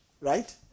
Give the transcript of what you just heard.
Right